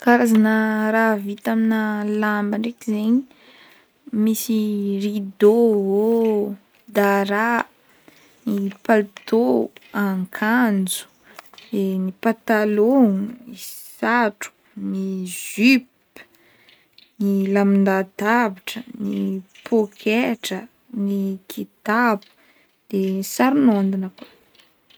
karazagna raha vita amna lamba ndraiky zegny misy rido o dara palto akanjo de patalogno ny satroko jupe ny lambadatabatra poketra ny kitapo de ny saronondagna koa.